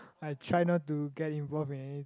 I try not to get involved in anything